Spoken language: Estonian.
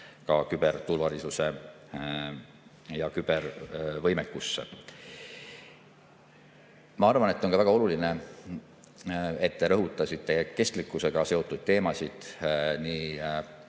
ka küberturvalisusse ja kübervõimekusse. Ma arvan, et on väga oluline, et te rõhutasite kestlikkusega seotud teemasid